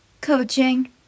Coaching